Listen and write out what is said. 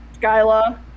skyla